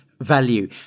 value